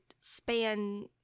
span